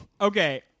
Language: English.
okay